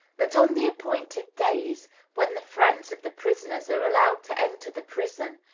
but on the appointed days when the friends of the prisoners are allowed to enter the prison,